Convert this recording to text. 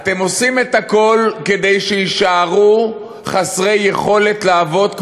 אתם עושים הכול כדי שיישארו חסרי יכולת לעבוד,